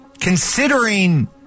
considering